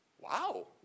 Wow